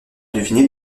deviné